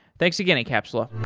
thanks again, encapsula